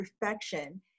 perfection